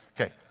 Okay